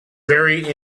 very